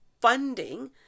funding